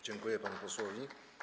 Dziękuję panu posłowi.